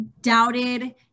doubted